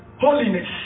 holiness